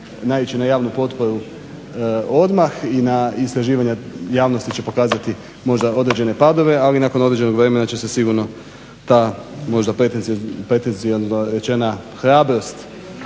naići na javnu potporu odmah i na istraživanja javnosti će pokazati možda određene padove ali nakon određenog vremena će se sigurno ta možda pretenciozno rečena hrabrost